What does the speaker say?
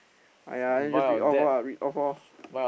!aiya! then just read off lah read off lor